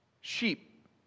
Sheep